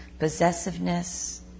possessiveness